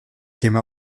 came